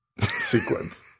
sequence